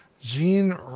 Gene